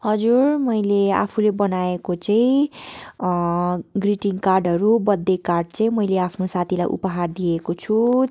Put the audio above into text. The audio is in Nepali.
हजुर मैले आफूले बनाएको चाहिँ ग्रिटिङ कार्डहरू बर्थडे कार्डहरू चाहिँ मैले आफ्नो साथीलाई उपहार दिएको छु